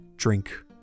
Drink